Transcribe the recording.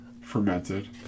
Fermented